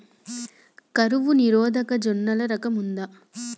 కరువు నిరోధక జొన్నల రకం ఉందా?